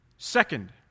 Second